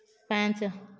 ପାଞ୍ଚ